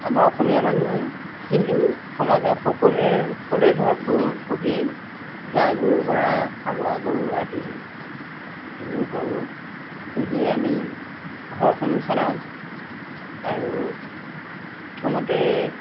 আমাৰ অসমীয়া মানুহে হিন্দু সমাজত সকলোৱে সকলোৱে ঘৰত গৰু পুহেই গাই গৰুৰ পৰা হালোৱা গৰু আদি এইবোৰ গৰু পুহিয়ে আমি ঘৰখনো চলাওঁ আৰু প্ৰথমতে